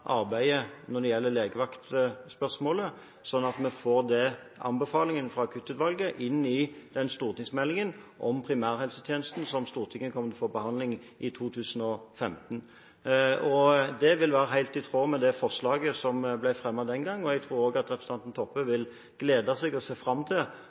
vi får anbefalingen fra Akuttutvalget inn i den stortingsmeldingen om primærhelsetjenesten som Stortinget kommer til å få til behandling i 2015. Det vil være helt i tråd med det forslaget som ble fremmet den gang. Jeg tror også at representanten Toppe vil glede seg og se fram til